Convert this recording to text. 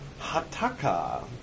Hataka